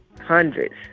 hundreds